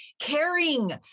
caring